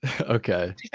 okay